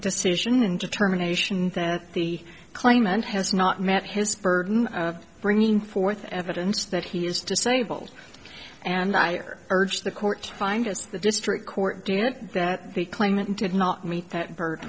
decision and determination that the claimant has not met his burden of bringing forth evidence that he is disabled and i urge the court find the district court did it that the claimant did not meet that burd